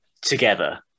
together